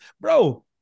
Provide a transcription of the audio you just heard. Bro